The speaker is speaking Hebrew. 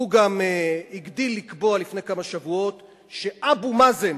הוא גם הגדיל לקבוע לפני כמה שבועות שאבו מאזן